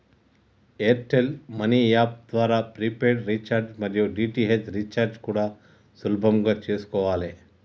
air tell money app ద్వారా prepaid recharge మరియు DTH recharge కూడా సులభంగా చేసుకోవాలే